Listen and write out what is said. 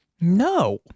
No